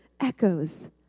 echoes